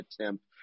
attempt